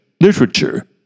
literature